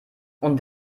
und